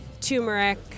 turmeric